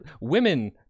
women